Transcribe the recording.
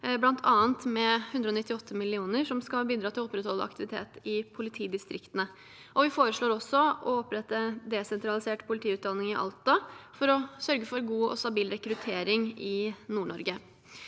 bl.a. med 198 mill. kr som skal bidra til å opprettholde aktivitet i politidistriktene. Vi foreslår også å opprette en desentralisert politiutdanning i Alta for å sørge for god og stabil rekruttering i Nord-Norge.